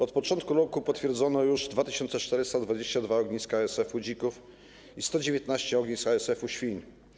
Od początku roku potwierdzono już 2422 ogniska ASF-u dzików i 119 ognisk ASF-u świń.